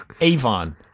Avon